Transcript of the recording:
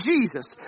Jesus